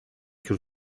can